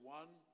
one